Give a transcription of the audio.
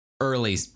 early